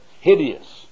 Hideous